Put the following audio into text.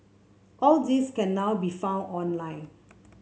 all these can now be found online